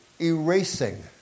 erasing